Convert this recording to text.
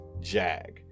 Jag